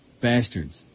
Bastards